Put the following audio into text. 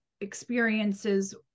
experiences